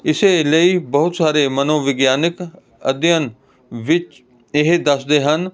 ਇਸੇ ਲਈ ਬਹੁਤ ਸਾਰੇ ਮਨੋਵਿਗਿਆਨਿਕ ਅਧਿਐਨ ਵਿੱਚ ਇਹ ਦੱਸਦੇ ਹਨ